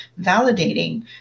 validating